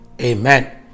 Amen